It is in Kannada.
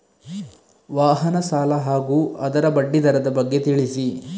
ವಾಹನ ಸಾಲ ಹಾಗೂ ಅದರ ಬಡ್ಡಿ ದರದ ಬಗ್ಗೆ ತಿಳಿಸಿ?